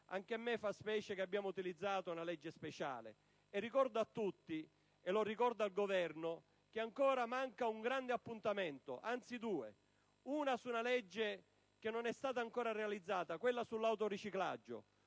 Anche a me fa specie che abbiamo utilizzato una legge speciale. Ricordo a tutti, e al Governo, che ancora manca un grande appuntamento, anzi due: uno concerne una legge che non è stata ancora realizzata, quella sull'autoriciclaggio,